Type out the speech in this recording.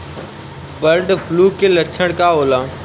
Bird flu के लक्षण का होला?